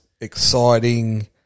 exciting